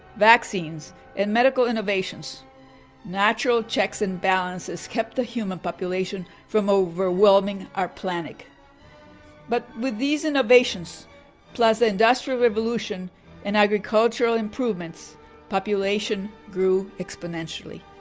vaccines and medical innovations natural checks and balances kept the human population from overwhelming our planet but with these innovations plus the industrial revolution and agricultural improvements population grew exponentially.